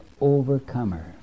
overcomer